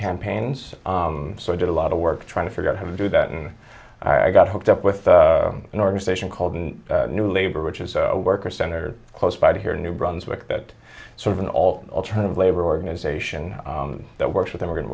campaigns so i did a lot of work trying to figure out how to do that and i got hooked up with an organization called new labor which is a worker center close by here in new brunswick that sort of an alternative labor organization that works with immigrant